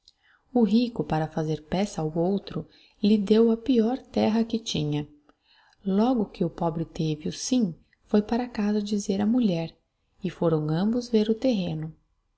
o rico para fazer peça ào outro lhe deu a peior terra que tinha logo que o pobre teve o im foi para casa dizer a mulher e foram ambos vr o terreno